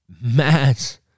mass